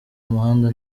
muhanda